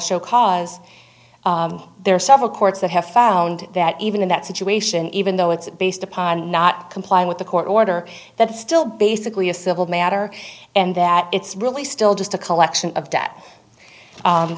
show cause there are several courts that have found that even in that situation even though it's based upon not complying with the court order that still basically a civil matter and that it's really still just a collection of